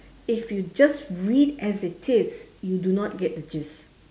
if you just read as it is you do not get the gist